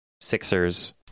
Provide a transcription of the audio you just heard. sixers